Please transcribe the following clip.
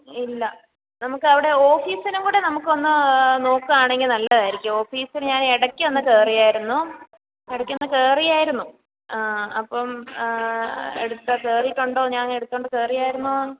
ഇല്ല നമുക്ക് അവിടെ ഓഫീസിലും കൂടെ നമുക്ക് ഒന്ന് നോക്കാണെങ്കിൽ നല്ലതായിരിക്കും ഓഫീസിൽ ഞാൻ ഇടക്കൊന്ന് കയറിയായിരുന്നു ഇടക്കൊന്ന് കയറിയായിരുന്നു ആ അപ്പം എടുത്ത് കയറിയിട്ടുണ്ടോ ഞാൻ അങ്ങെടുത്തോണ്ട് കയറിയായിരുന്നോന്ന്